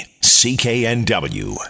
CKNW